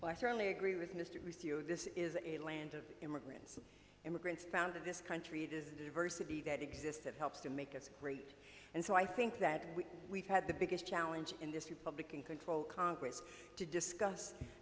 well i certainly agree with mr aris you know this is a land of immigrants immigrants founded this country it is the diversity that exists that helps to make it great and so i think that we've had the biggest challenge in this republican controlled congress to discuss